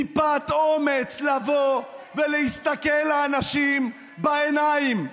טיפת אומץ לבוא ולהסתכל לאנשים בעיניים.